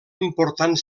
important